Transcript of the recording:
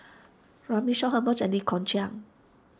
Runme Shaw Herman and Lee Kong Chian